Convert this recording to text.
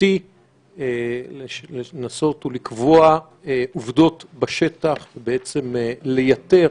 שיטתי מנסים לקבוע עובדות בשטח ובעצם לייתר